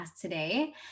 today